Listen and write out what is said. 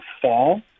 fall